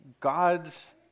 God's